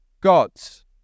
gods